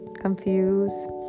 confused